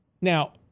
Now